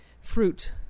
fruit